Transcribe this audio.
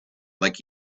like